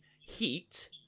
Heat